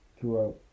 throughout